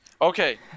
okay